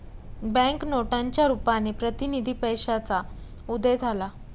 bank नोटांच्या रुपाने प्रतिनिधी पैशाचा उदय झाला